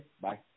Bye